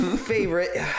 favorite